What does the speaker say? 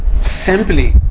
simply